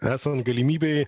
esant galimybei